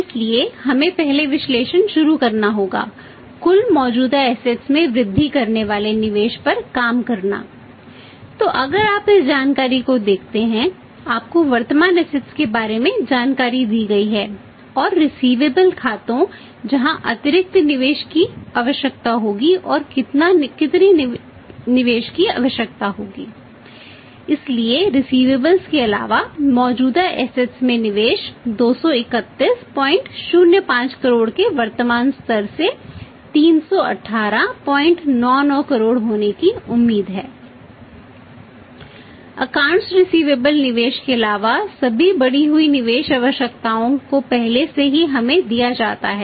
इसलिए हमें पहले विश्लेषण शुरू करना होगा कुल मौजूदा असेट्स में निवेश 23105 करोड़ के वर्तमान स्तर से 31899 करोड़ होने की उम्मीद है